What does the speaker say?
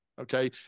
Okay